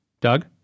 doug